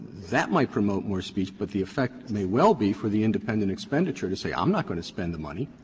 that might promote more speech, but the effect may well be for the independent expenditure to say, i'm not going to spend the money,